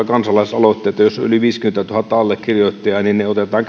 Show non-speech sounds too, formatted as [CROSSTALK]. [UNINTELLIGIBLE] kansalaisaloitteita jos on yli viisikymmentätuhatta allekirjoittajaa niin ne otetaan [UNINTELLIGIBLE]